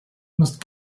must